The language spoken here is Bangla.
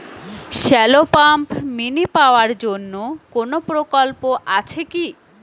শ্যালো পাম্প মিনি পাওয়ার জন্য কোনো প্রকল্প আছে কি?